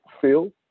Phil